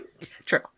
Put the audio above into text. True